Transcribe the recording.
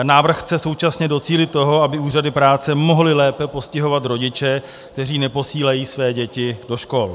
Návrh chce současně docílit toho, aby úřady práce mohly lépe postihovat rodiče, kteří neposílají své děti do škol.